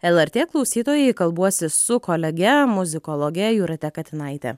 lrt klausytojai kalbuosi su kolege muzikologe jūrate katinaite